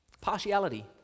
Partiality